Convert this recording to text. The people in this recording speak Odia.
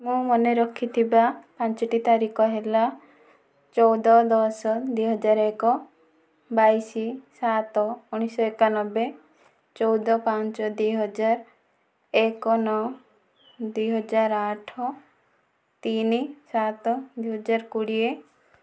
ମୁଁ ମନେ ରଖିଥିବା ପାଞ୍ଚଟି ତାରିଖ ହେଲା ଚଉଦ ଦଶ ଦୁଇହଜାର ଏକ ବାଇଶ ସାତ ଉଣାଇଶଶହ ଏକାନବେ ଚଉଦ ପାଞ୍ଚ ଦୁଇହଜାର ଏକ ନଅ ଦୁଇହଜାର ଆଠ ତିନି ସାତ ଦୁଇହଜାର କୋଡ଼ିଏ